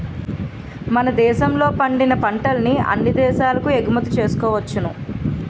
మన దేశంలో పండిన పంటల్ని అన్ని దేశాలకు ఎగుమతి చేసుకోవచ్చును